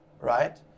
right